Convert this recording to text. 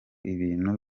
ibintu